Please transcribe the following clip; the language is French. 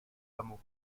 hameau